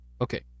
Okay